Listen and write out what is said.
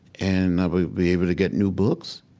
and i would be able to get new books.